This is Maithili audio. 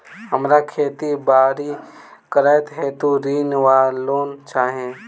हमरा खेती बाड़ी करै हेतु ऋण वा लोन चाहि?